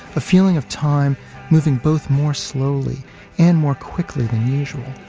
the feeling of time moving both more slowly and more quickly than usual.